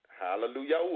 Hallelujah